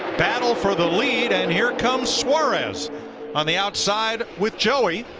battle for the lead, and here comes suarez on the outside with joey.